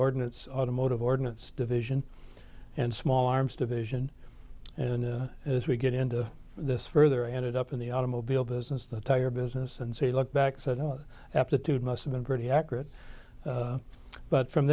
ordinates automotive ordinance division and small arms division and as we get into this further i ended up in the automobile business the tire business and say look back said no aptitude must've been pretty accurate but from